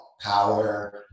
Power